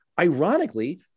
ironically